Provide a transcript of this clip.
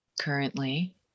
currently